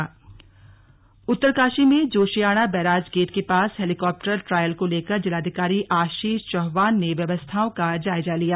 slug helicopter trial Uttarkashi में Joshiyara barrage gate के पास हेलीकॉप्टर ट्रायल को लेकर जिलाधिकारी आशीष चौहान ने व्यवस्थाओं का जायजा लिया